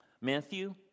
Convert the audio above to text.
Matthew